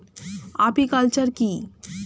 Apiculture কি?